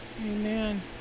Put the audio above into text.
Amen